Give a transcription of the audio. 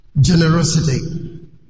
Generosity